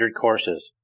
courses